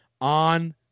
on